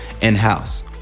in-house